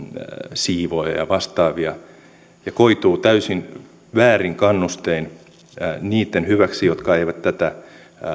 siivoojia ja vastaavia ja koituu täysin väärin kannustein niitten hyväksi jotka eivät tätä